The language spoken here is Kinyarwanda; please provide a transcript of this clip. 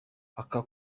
aka